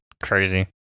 crazy